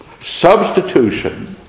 Substitution